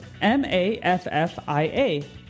M-A-F-F-I-A